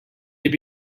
they